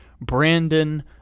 Brandon